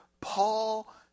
paul